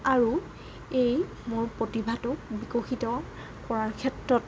আৰু এই মোৰ প্ৰতিভাটোক বিকশিত কৰাৰ ক্ষেত্ৰত